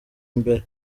imbere